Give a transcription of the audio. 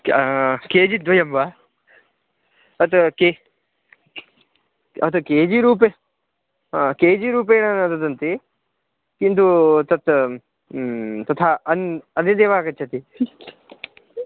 क् केजिद्वयं वा तत् के तत् केजिरूपे हा केजिरूपे न ददति किन्तु तत् तथा अन् अन्यदेव आगच्छति